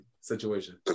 situation